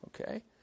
okay